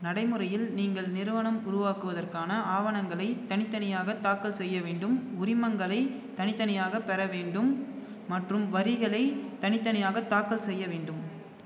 நடைமுறையில் நீங்கள் நிறுவனம் உருவாக்குவதற்கான ஆவணங்களைத் தனித்தனியாகத் தாக்கல் செய்ய வேண்டும் உரிமங்களைத் தனித்தனியாகப் பெற வேண்டும் மற்றும் வரிகளைத் தனித்தனியாகத் தாக்கல் செய்ய வேண்டும்